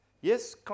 Yes